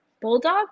bulldog